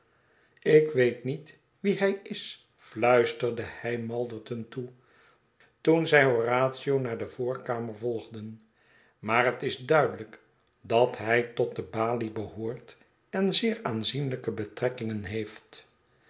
ik weet niet wie hij is fluisterde hij malderton toe toen zij horatio naar de voorkamer volgden maar het is duidelijk dat hij tot de balie behoort en zeer aanzienlijke betrekkingen heeft